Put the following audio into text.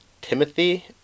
timothy